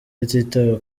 hatitawe